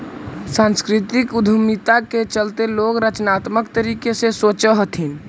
सांस्कृतिक उद्यमिता के चलते लोग रचनात्मक तरीके से सोचअ हथीन